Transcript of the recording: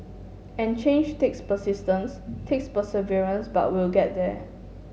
and change takes persistence takes perseverance but we'll get there